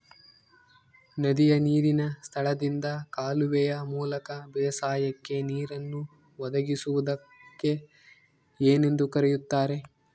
ನದಿಯ ನೇರಿನ ಸ್ಥಳದಿಂದ ಕಾಲುವೆಯ ಮೂಲಕ ಬೇಸಾಯಕ್ಕೆ ನೇರನ್ನು ಒದಗಿಸುವುದಕ್ಕೆ ಏನೆಂದು ಕರೆಯುತ್ತಾರೆ?